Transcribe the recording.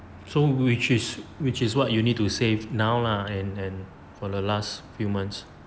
so which is which is what you need to save now lah and and for the last few months